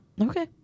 Okay